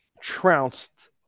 trounced